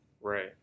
right